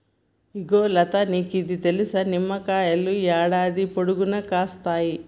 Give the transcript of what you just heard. ఇగో లతా నీకిది తెలుసా, నిమ్మకాయలు యాడాది పొడుగునా కాస్తాయి